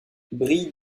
brille